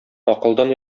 акылдан